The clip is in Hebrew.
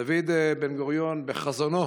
דוד בן-גוריון ראה בחזונו